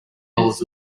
dollars